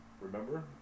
remember